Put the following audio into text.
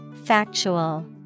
Factual